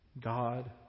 God